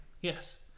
Yes